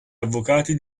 avvocati